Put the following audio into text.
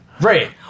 Right